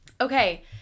Okay